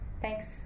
Thanks